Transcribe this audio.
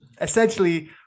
Essentially